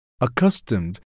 accustomed